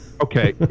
Okay